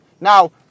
Now